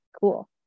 cool